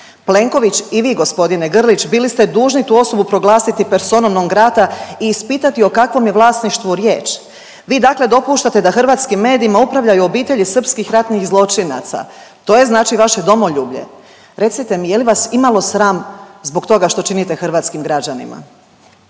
Plenković i vi g. Grlić bili ste dužni tu osobu proglasiti presonom non grata i ispitati o kakvom je vlasništvu riječ. Vi dakle dopuštate da hrvatskim medijima upravljaju obitelji srpskih ratnih zločinaca. To je znači vaše domoljublje? Recite mi je li vas imalo sram što činite hrvatskim građanima?